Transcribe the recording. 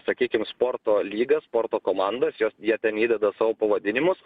sakykim sporto lygas sporto komandas jos jie ten įdeda savo pavadinimus